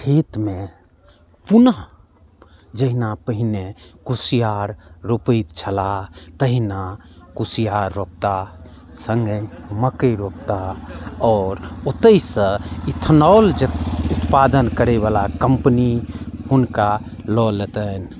खेतमे पुनः जहिना पहिने कुसियार रोपैत छलाह तहिना कुसियार रोपताह सङ्गहि मक्कइ रोपताह आओर ओतहिसँ इथेनॉल उत्पादन करैवला कम्पनी हुनका लऽ लेतैन